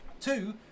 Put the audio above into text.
Two